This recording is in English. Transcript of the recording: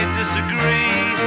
disagree